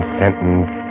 sentence